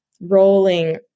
Rolling